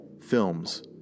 films